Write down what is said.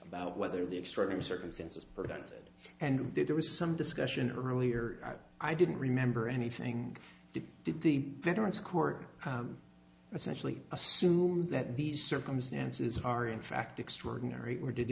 about whether the extreme circumstances prevent it and there was some discussion earlier i didn't remember anything to do with the veterans court essentially assumes that these circumstances are in fact extraordinary or did